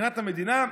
מבחינת המדינה,